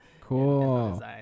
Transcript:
Cool